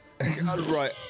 Right